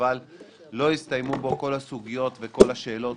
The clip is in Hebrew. אבל לא הסתיימו בו כל הסוגיות וכל השאלות